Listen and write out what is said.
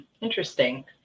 Interesting